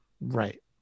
Right